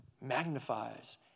magnifies